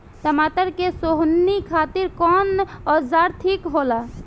टमाटर के सोहनी खातिर कौन औजार ठीक होला?